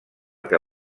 que